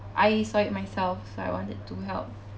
I saw it myself so I wanted to help